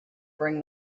bring